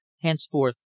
Henceforth